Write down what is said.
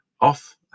off